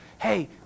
Hey